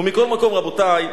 מכל מקום, רבותי,